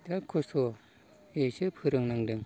बिराद कस्त'यैसो फोरोंनांदों